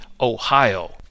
Ohio